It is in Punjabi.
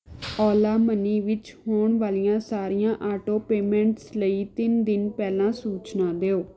ਓਲਾ ਮਨੀ ਵਿੱਚ ਹੋਣ ਵਾਲੀਆਂ ਸਾਰੀਆਂ ਆਟੋ ਪੇਮੈਂਟਸ ਲਈ ਤਿੰਨ ਦਿਨ ਪਹਿਲਾਂ ਸੂਚਨਾ ਦਿਓ